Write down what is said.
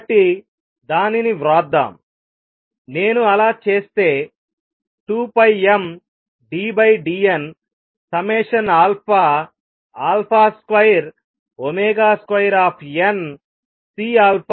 కాబట్టి దానిని వ్రాద్దాం నేను అలా చేస్తే 2πmddn22CC αh